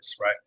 right